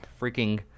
freaking